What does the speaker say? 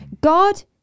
God